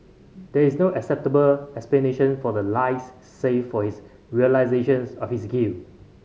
there is no acceptable explanation for the lies save for his realisations of his guilt